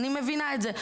אני מבינה את זה.